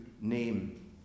name